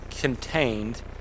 contained